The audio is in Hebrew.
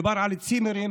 כוח משטרה חסר תקדים: